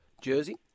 jersey